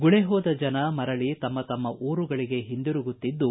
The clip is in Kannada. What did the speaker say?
ಗುಳೆಹೋದ ಜನ ಮರಳ ತಮ್ಮ ತತ್ಮ್ಮ ಊರುಗಳಗೆ ಹಿಂದಿರುಗುತ್ತಿದ್ದು